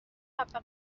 حبه